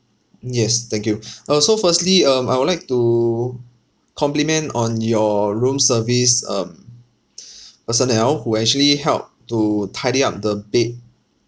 yes thank you uh so firstly um I would like to compliment on your room service um personnel who actually helped to tidy up the bed